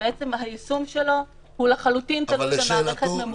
שבעצם היישום שלו לחלוטין תלוי במערכת ממוחשבת.